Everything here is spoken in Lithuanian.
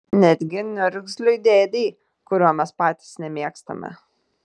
netgi niurgzliui dėdei kurio mes patys nemėgstame